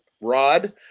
Rod